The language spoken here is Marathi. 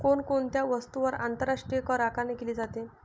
कोण कोणत्या वस्तूंवर आंतरराष्ट्रीय करआकारणी केली जाते?